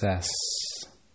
success